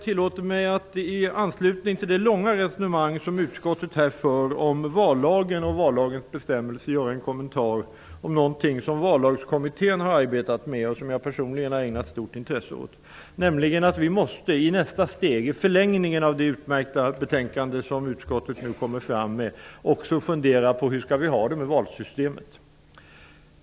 I anslutning till det långa resonemang som utskottet för om vallagen och vallagens bestämmelser tillåter jag mig att göra en kommentar om en fråga som Vallagskommittén har arbetat med och som jag personligen har ägnat stort intresse åt. I förlängningen av det utmärkta betänkande som utskottet nu lägger fram måste vi också fundera på hur vi skall ha det med valsystemet.